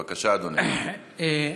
בבקשה, אדוני.